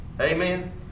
Amen